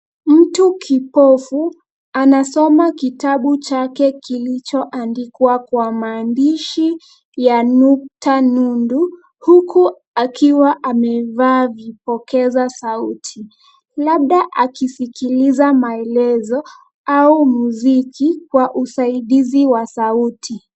Mtu kipofu anasoma kitabu chake kilichoandikwa kwa maandishi ya nukta nundu huku akiwa amevaa vipokeza sauti; labda akisikiliza maelezo au muziki wa usaidizi wa sauti.